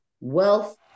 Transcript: wealth